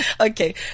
Okay